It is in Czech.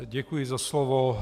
Děkuji za slovo.